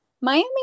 Miami